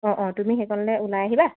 অঁ অঁ তুমি সেইকণলৈ ওলাই আহিবা